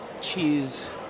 cheese